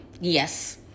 Yes